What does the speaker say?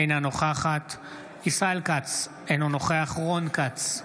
אינה נוכחת ישראל כץ, אינו נוכח רון כץ,